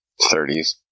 30s